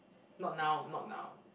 not now not now